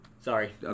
Sorry